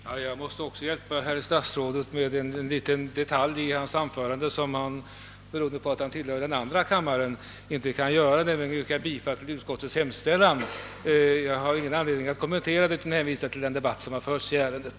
Herr talman! Jag måste också hjälpa herr statsrådet med en liten detalj i hans anförande. Eftersom han tillhör första kammaren kunde han inte yrka bifall till utskottets hemställan och jag vill alltså göra detta. Jag har därutöver ingen anledning att göra några kommentarer utan hänvisar till den debatt som förts i ärendet.